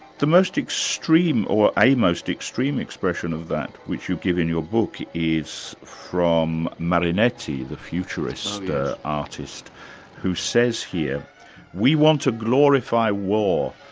the most extreme, or a most extreme expression of that which you give in your book is from marinetti the futurist artist who says here we want to glorify war,